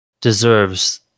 deserves